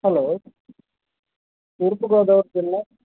hello Thurpu Godavari జిల్లా